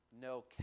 no